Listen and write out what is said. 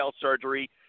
surgery